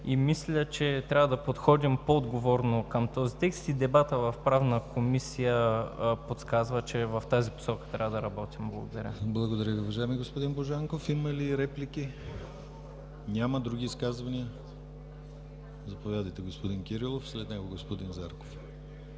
мисля, че трябва да подходим по-отговорно към този текст и дебатът в Правна косия подсказва, че в тази посока трябва да работим. Благодаря. ПРЕДСЕДАТЕЛ ДИМИТЪР ГЛАВЧЕВ: Благодаря Ви, уважаеми господин Божанков. Има ли реплики? Няма. Други изказвания? Заповядайте, господин Кирилов. След него – господин Зарков.